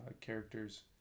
characters